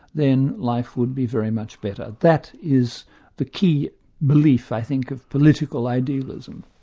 then life would be very much better. that is the key belief, i think, of political idealism.